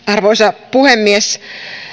arvoisa puhemies